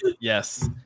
Yes